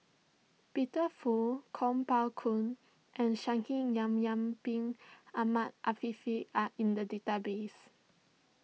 Peter Fu Kuo Pao Kun and Shaikh Yahya Bin Ahmed Afifi are in the database